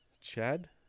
Chad